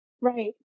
Right